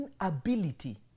inability